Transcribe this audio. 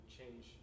change